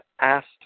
asked